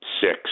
six